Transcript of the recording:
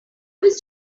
was